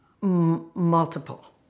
multiple